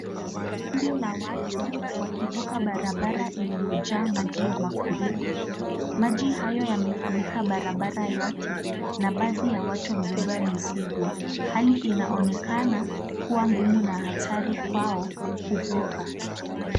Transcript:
Kundi la watu wakivuka barabara iliyojaa maji ya mafuriko. Maji hayo yamefunika barabara yote na baadhi ya watu wamebeba mizigo. Hali inaonekana kuwa ngumu na hatari kwao kuvuka.